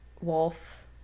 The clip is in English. Wolf